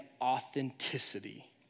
authenticity